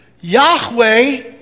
Yahweh